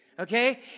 Okay